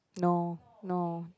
no no